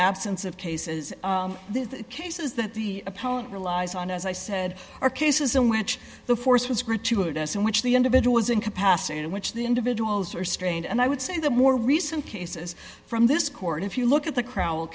absence of cases this case is that the opponent relies on as i said are cases in which the force was gratuitous in which the individual is incapacitated which the individuals are strained and i would say the more recent cases from this court if you look at the crowd